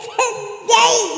today